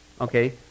Okay